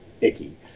icky